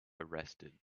arrested